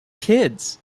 kids